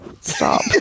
stop